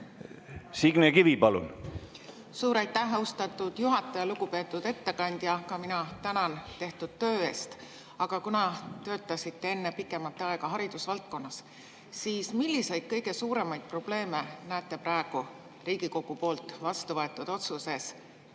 kõige suurem pluss? Suur aitäh, austatud juhataja! Lugupeetud ettekandja, ka mina tänan tehtud töö eest. Aga kuna te töötasite enne pikemat aega haridusvaldkonnas, siis milliseid kõige suuremaid probleeme näete praegu Riigikogu poolt vastuvõetud otsuses